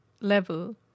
level